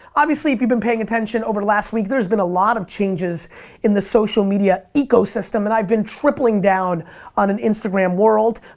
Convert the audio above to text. obviously, if you've been paying attention over last week there's been a lot of changes in the social media ecosystem and i've been tripling down on an instagram world.